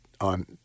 on